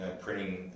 printing